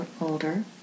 older